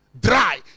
dry